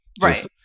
right